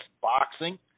Boxing